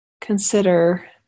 consider